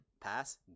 pass